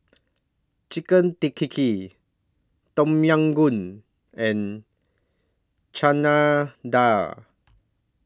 Chicken Tea Kii Kii Tom Yam Goong and Chana Dal